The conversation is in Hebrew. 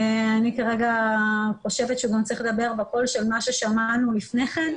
אני חושבת שהוא צריך לדבר בקול של מה ששמענו לפני כן.